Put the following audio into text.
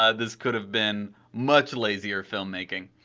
ah this could have been much lazier filmmaking.